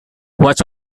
watch